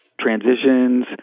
transitions